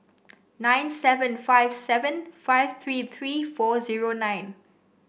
nine seven five seven five three three four zero nine